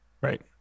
Right